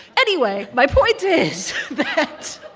anyway, my point is that,